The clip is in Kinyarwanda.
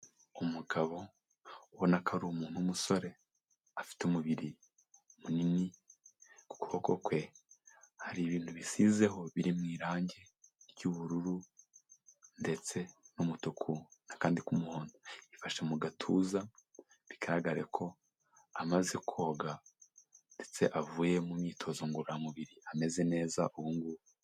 Umugabo ubona ko ari umuntu w'umusore afite umubiri munini, ku kuboko kwe hari ibintu bisizeho biri mu irange ry'ubururu ndetse n'umutuku n'akandi k'umuhondo, yifashe mu gatuza bigaragare ko amaze koga ndetse avuye mu myitozo ngororamubiri ameze neza ubu ngubu.